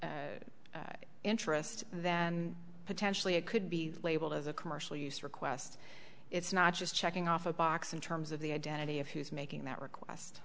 interest than potentially it could be labeled as a commercial use request it's not just checking off a box in terms of the identity of who's making that request